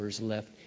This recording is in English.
left